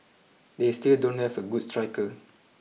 they still don't have a good striker